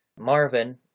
Marvin